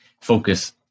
focus